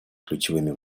ключевыми